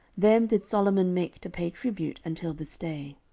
them did solomon make to pay tribute until this day.